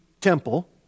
temple